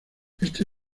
este